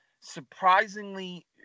surprisingly